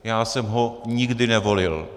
Já jsem ho nikdy nevolil.